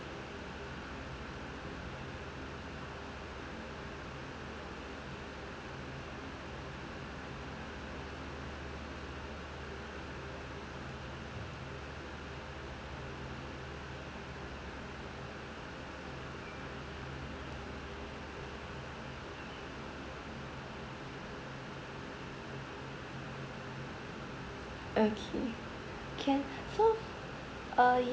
okay can so uh